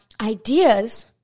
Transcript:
ideas